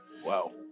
Wow